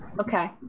Okay